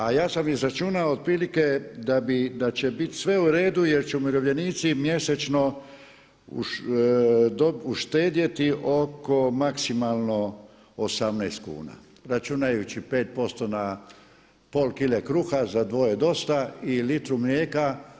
A ja sam izračunao otprilike da će biti sve u redu jer će umirovljenici mjesečno uštedjeti oko maksimalno 18 kuna, računajući 5% na pola kile kruha, za dvoje dosta i litru mlijeka.